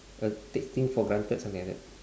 uh take things for granted something like that